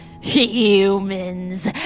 Humans